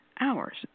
hours